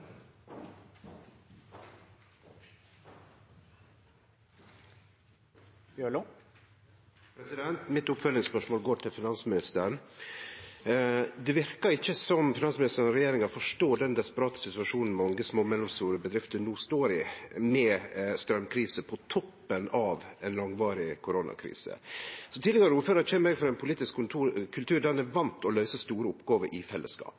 oppfølgingsspørsmål. Oppfølgingsspørsmålet mitt går til finansministeren. Det verkar ikkje som finansministeren og regjeringa forstår den desperate situasjonen mange små og mellomstore bedrifter no står i, med straumkrise på toppen av ei langvarig koronakrise. Som tidlegare ordførar kjem eg frå ein politisk kultur der ein er van med å løyse store oppgåver i fellesskap.